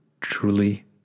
Truly